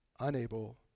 unable